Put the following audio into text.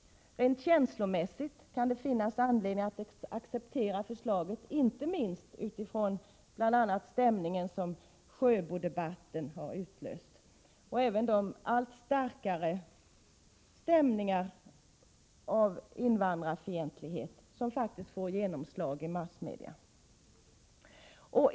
Rent känslomässigt kan det finnas anledning att acceptera förslaget, särskilt mot bakgrund av de stämningar som Sjöbo-debatten har utlöst, och de allt starkare invandrarfientliga stämningar som faktiskt får genomslag i massmedia.